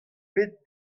pet